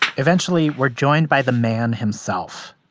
eventually, we're joined by the man himself.